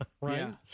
Right